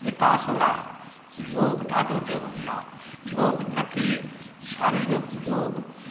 विकास लाइ योगु ॾाढो ज़रूरी आहे योगु न की शारीरिक योगु